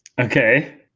Okay